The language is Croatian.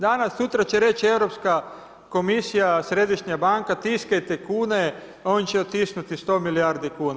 Danas sutra će reći Europska komisija, Središnja banka tiskajte kune on će otisnuti 100 milijardi kuna.